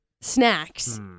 snacks